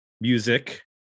music